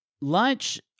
lunch